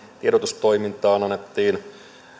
tiedotustoimintaan annettiin